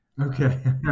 okay